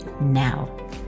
now